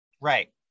Right